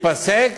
תיפסק